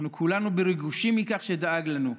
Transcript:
אנחנו כולנו בריגושים מכך שדאג לנו.